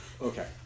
Okay